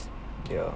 ya